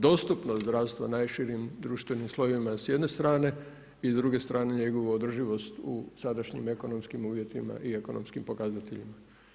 Dostupnost zdravstva u najširim društvenim slojevima je s jedne strane i s druge strane njegova održivost u sadašnjim ekonomskim uvjetima i ekonomskim pokazateljima.